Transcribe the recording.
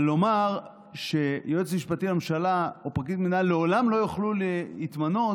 אבל לומר שיועץ משפטי לממשלה או פרקליט מדינה לעולם לא יוכלו להתמנות,